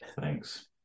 Thanks